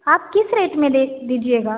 आप किस रेट में दे दीजिएगा